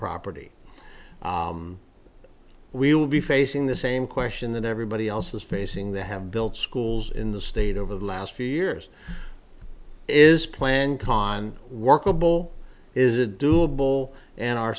property we will be facing the same question that everybody else is facing the have built schools in the state over the last few years is plan con workable is a doable and our